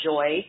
Joy